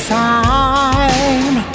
time